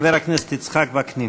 חבר הכנסת יצחק וקנין.